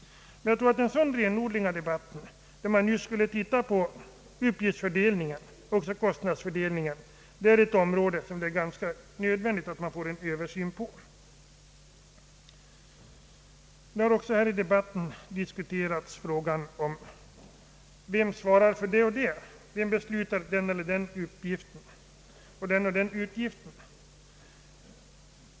Det är angeläget att man gör en Ööversyn av uppgiftsfördelningen och kostnadsfördelningen mellan stat och kommun på dessa områden. Under debatten har också diskuterats frågan om vem som svarar för den ena och den andra uppgiften och vem som beslutar om de olika utgifterna.